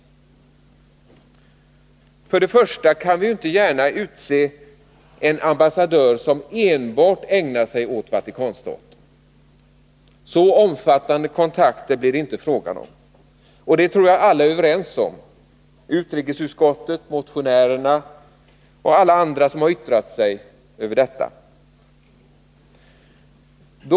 Först och främst kan vi inte gärna utse en ambassadör som enbart ägnar sig åt Vatikanstaten. Så omfattande kontakter blir det inte fråga om, och det tror jag alla är överens om, i utrikesutskottet, motionärer och alla andra som har yttrat sig i detta ärende.